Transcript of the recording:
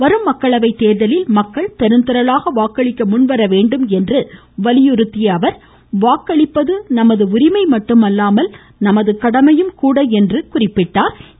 வரும் மக்களவை தேர்தலில் மக்கள் பெருந்திரளாக வாக்களிக்க முன்வரவேண்டும் என்று வலியுறுத்திய அவர் வாக்களிப்பது நமது உரிமை மட்டுமல்லாமல் நமது கடமையும் கூட என்று எடுத்துரைத்தார்